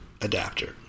adapter